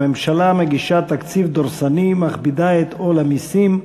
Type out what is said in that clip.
הממשלה מגישה תקציב דורסני, מכבידה את עול המסים,